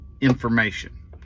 information